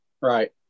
right